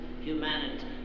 humanity